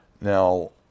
Now